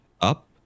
up